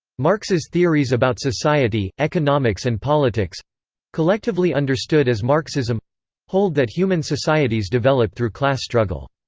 marx's theories about society, economics and politics collectively understood as marxism hold that human societies develop through class struggle.